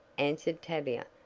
answered tavia,